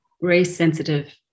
race-sensitive